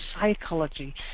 psychology